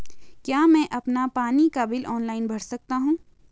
क्या मैं अपना पानी का बिल ऑनलाइन भर सकता हूँ?